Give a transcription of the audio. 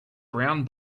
brown